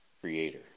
creator